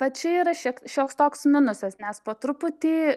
va čia yra šiek šioks toks minusas nes po truputį